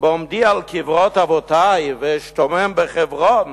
כי בעומדי עלי קברות אבותי ואשתומם בחברון